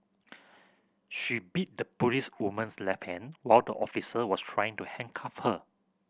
she bit the policewoman's left hand while the officer was trying to handcuff her